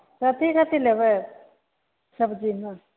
कथी कथी लेबै सब्जीमे